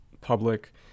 public